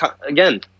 again